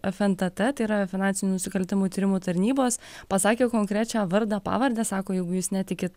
fntt tai yra finansinių nusikaltimų tyrimų tarnybos pasakė konkrečią vardą pavardę sako jeigu jūs netikit